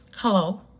Hello